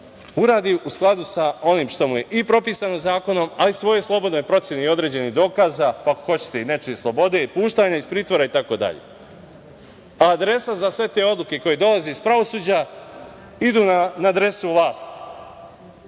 uradi u skladu sa onim što mu je i propisano zakonom, a i po svojoj slobodnoj proceni i određenih dokaza, pa ako hoćete i nečije slobode i puštanja iz pritvora, itd. Adresa za sve te odluke koje dolaze iz pravosuđa idu na adresu vlasti.